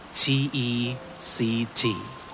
T-E-C-T